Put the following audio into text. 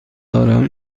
دارم